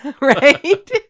right